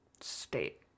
state